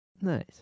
nice